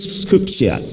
scripture